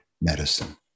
medicine